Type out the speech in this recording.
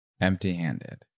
empty-handed